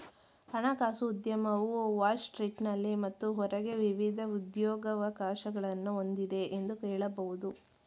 ಹಣಕಾಸು ಉದ್ಯಮವು ವಾಲ್ ಸ್ಟ್ರೀಟ್ನಲ್ಲಿ ಮತ್ತು ಹೊರಗೆ ವಿವಿಧ ಉದ್ಯೋಗವಕಾಶಗಳನ್ನ ಹೊಂದಿದೆ ಎಂದು ಹೇಳಬಹುದು